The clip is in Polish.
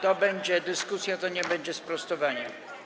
To będzie dyskusja, to nie będzie sprostowanie.